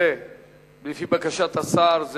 זה לפי בקשת השר.